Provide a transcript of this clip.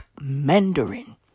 Mandarin